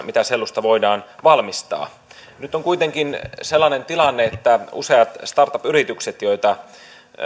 mitä sellusta voidaan valmistaa nyt on kuitenkin sellainen tilanne että useat startup yritykset joita